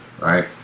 Right